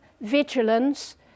vigilance